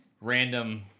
random